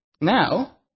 Now